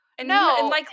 No